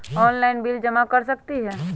Online bill जमा कर सकती ह?